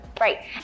Right